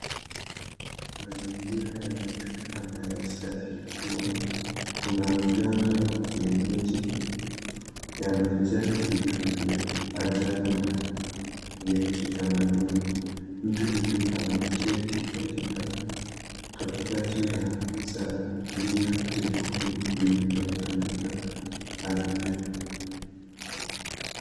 Mazingira ya mtu amesadikiwa, kuna mganga wa kienyeji amejaa vitu vya ajabu na ya kitamaduni. Mtu huyo ameketi katikati ya zalia nyekundu ametandika adhira.